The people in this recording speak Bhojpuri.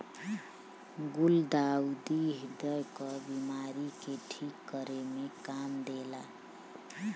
गुलदाउदी ह्रदय क बिमारी के ठीक करे में काम देला